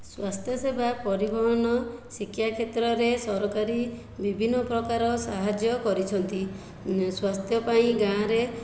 ସ୍ୱାସ୍ଥ୍ୟସେବା ପରିବହନ ଶିକ୍ଷା କ୍ଷେତ୍ରରେ ସରକାରୀ ବିଭିନ୍ନ ପ୍ରକାର ସାହାଯ୍ୟ କରିଛନ୍ତି ସ୍ୱାସ୍ଥ୍ୟ ପାଇଁ ଗାଁରେ